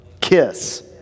KISS